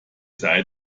sei